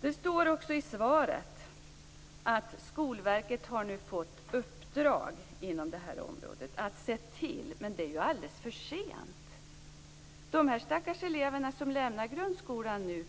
Det står också i svaret att Skolverket har fått uppdrag inom det här området, men det är ju alldeles för sent. De stackars elever som nu lämnar grundskolan